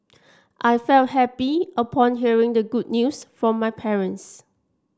I felt happy upon hearing the good news from my parents